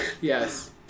Yes